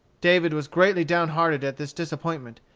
david was greatly down-hearted at this disappointment,